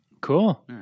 Cool